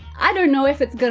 i don't know if it's gonna